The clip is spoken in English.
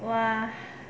!wah!